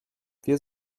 wir